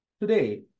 Today